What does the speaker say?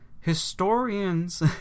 historians